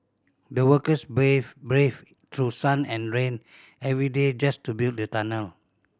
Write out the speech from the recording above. the workers braved brave through sun and rain every day just to build the tunnel